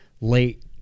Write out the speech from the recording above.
late